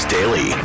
Daily